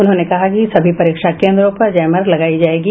उन्होंने कहा कि सभी परीक्षा केन्द्रों पर जैमर लगायी जायेगी